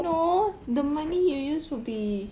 no the money you use will be